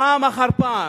פעם אחר פעם,